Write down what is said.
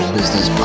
Business